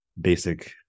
basic